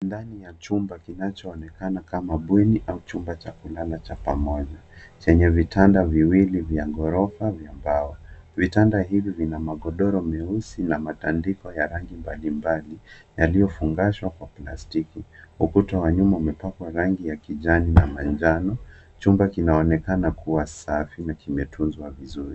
Ndani ya chumba kinachoonekana kama bweni au chumba cha kulala cha pamoja, chenye vitanda viwili vya ghorofa vya mbao. Vitanda hivi vina magodoro meusi na matandiko ya rangi mbalimbali yaliofungashwa kwa plastiki. Ukuta wa nyuma umepakwa rangi ya kijani na manjano. Chumba kinaonekana kuwa safi na kimetunzwa vizuri.